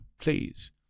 please